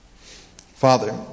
Father